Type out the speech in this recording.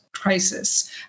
crisis